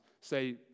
say